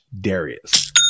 Darius